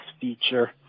feature